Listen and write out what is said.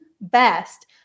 best